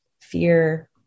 fear